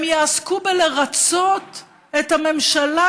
הם יעסקו בלרצות את הממשלה,